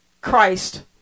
Christ